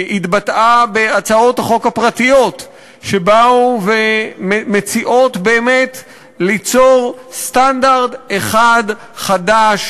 שהתבטאה בהצעות החוק הפרטיות שבאו ומציעות באמת ליצור סטנדרט אחד חדש,